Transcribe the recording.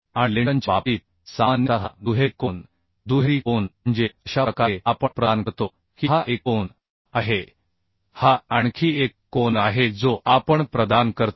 आणि लिंटनच्या बाबतीत सामान्यतः दुहेरी कोन दुहेरी कोन म्हणजे अशा प्रकारे आपण प्रदान करतो की हा एक कोन आहे हा आणखी एक कोन आहे जो आपण प्रदान करतो